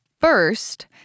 first